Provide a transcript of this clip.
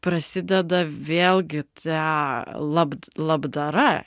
prasideda vėlgi ta lab labdara